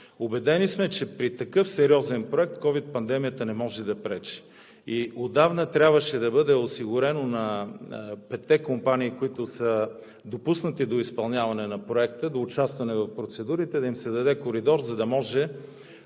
Убедени сме, че при такъв сериозен проект COVID пандемията не може да пречи. Отдавна на петте компании, които са допуснати до изпълняване на проекта, до участие в процедурите, трябваше да им се даде коридор, за да може